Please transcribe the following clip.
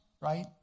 right